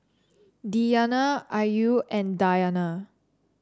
Diyana Ayu and Dayana